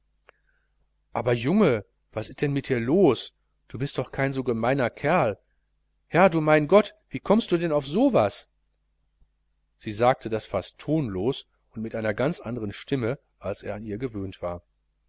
aber junge was ist denn mit dir los du bist doch kein so gemeiner kerl herr du mein gott wie kommst du denn auf so was sie sagte das fast tonlos und mit einer ganz anderen stimme als er an ihr gewöhnt war